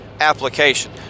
application